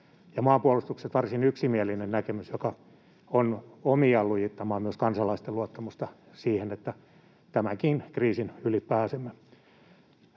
maanpuolustuksesta varsin yksimielinen näkemys, mikä on omiaan lujittamaan myös kansalaisten luottamusta siihen, että tämänkin kriisin yli pääsemme.